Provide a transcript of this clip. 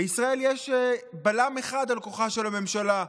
בישראל יש בלם אחד על כוחה של הממשלה,